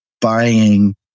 buying